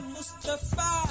Mustafa